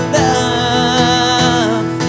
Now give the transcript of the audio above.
love